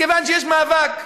מכיוון שיש מאבק,